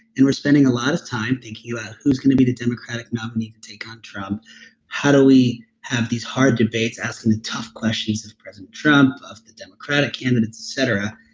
and we're spending a lot of time thinking about yeah who's going to be the democratic nominee to take on trump how do we have these hard debates asking the tough questions of president trump, of the democratic candidates, et cetera?